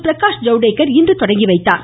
பிரகாஷ் ஜவ்டேகா இன்று தொடங்கி வைத்தார்